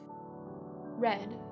Red